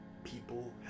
People